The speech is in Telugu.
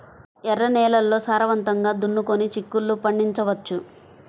ఎర్ర నేలల్లో సారవంతంగా దున్నుకొని చిక్కుళ్ళు పండించవచ్చు